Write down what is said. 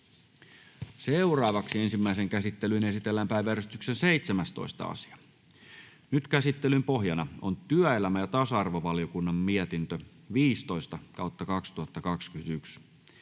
— Kiitos. Ensimmäiseen käsittelyyn esitellään päiväjärjestyksen 17. asia. Käsittelyn pohjana on työelämä- ja tasa-arvovaliokunnan mietintö TyVM 15/2021